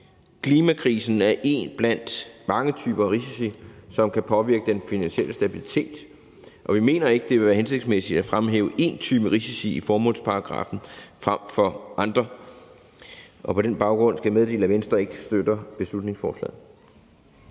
Klimakrisen er én blandt mange typer risici, som kan påvirke den finansielle stabilitet, og vi mener ikke, at det vil være hensigtsmæssigt at fremhæve én type risici i formålsparagraffen frem for andre. På den baggrund skal jeg meddele, at Venstre ikke støtter beslutningsforslaget.